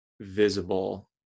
visible